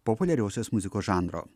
populiariosios muzikos žanro